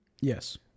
Yes